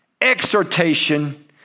exhortation